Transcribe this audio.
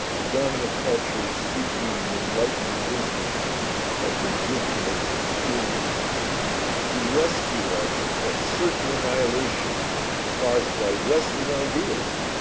the dominant culture is seeking the enlighten wisdom of the indigenous experience to rescue us from certain annihilation caused by western ideas.